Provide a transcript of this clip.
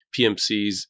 PMCs